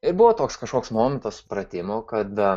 ir buvo toks kažkoks momentas supratimo kad